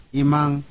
imang